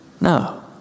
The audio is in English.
No